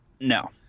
No